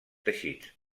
teixits